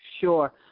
Sure